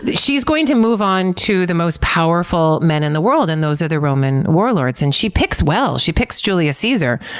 she's going to move on to the most powerful men in the world and those are the roman warlords. and she picks well. she picks julius caesar,